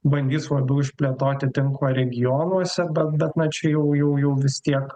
bandys labiau išplėtoti tinklą regionuose bet bet man čia jau jau jau vis tiek